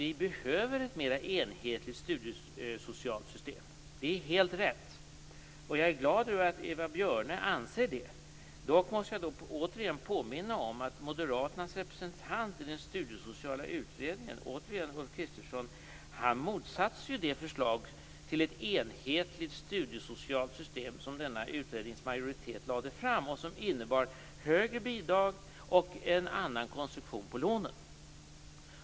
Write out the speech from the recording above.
Likväl behöver vi ett mer enhetligt studiesocialt system. Det är helt rätt. Jag är glad över att Eva Björne anser det. Dock måste jag åter påminna om att moderaternas representant i den studiesociala utredningen, återigen Ulf Kristersson, motsatte sig det förslag till ett enhetligt studiesocialt system som denna utrednings majoritet lade fram och som innebar högre bidrag och en annan konstruktion på lånen.